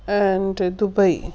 and Dubai